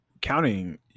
counting